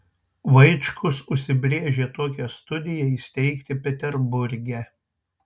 vaičkus užsibrėžė tokią studiją įsteigti peterburge